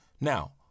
Now